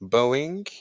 Boeing